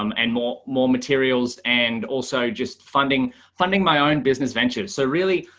um and more more materials and also just funding funding my own business ventures. so really,